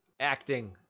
Acting